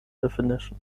definition